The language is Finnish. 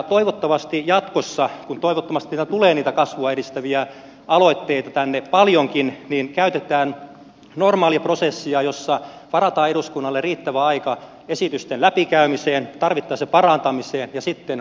toivottavasti jatkossa kun toivottavasti tulee niitä kasvua edistäviä aloitteita tänne paljonkin käytetään normaalia prosessia jossa varataan eduskunnalle riittävä aika esitysten läpikäymiseen tarvittaessa parantamiseen ja sitten päätöksentekoon ja voimaan saattamiseen